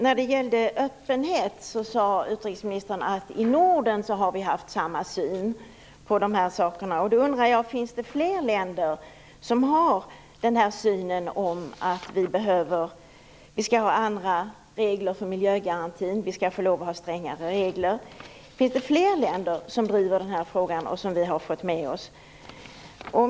När det gällde öppenhet sade utrikesministern att vi i Norden har haft samma syn. Då undrar jag: Finns det fler länder som har samma syn, alltså att vi skall få ha andra regler för miljögarantin, att vi skall få ha strängare regler? Finns det fler länder som driver denna fråga och som vi har fått med oss?